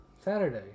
Saturday